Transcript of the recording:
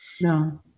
No